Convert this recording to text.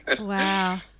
wow